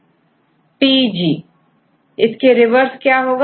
स्टूडेंटTG इसका रिवर्स क्या होगा